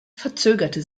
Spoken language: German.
verzögerte